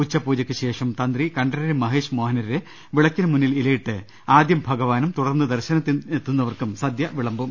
ഉച്ചപ്പൂജക്കുശേഷം തന്തി കണ്ഠരര് മഹേഷ് മോഹ നര് വിളക്കിനു മുന്നിൽ ഇലയിട്ട് ആദ്യം ഭഗവാനും തുടർന്ന് ദർശനത്തിനെത്തുന്നവർക്കും സദ്യ വിളമ്പും